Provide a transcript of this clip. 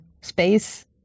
space